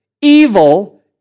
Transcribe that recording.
evil